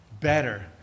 better